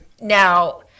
Now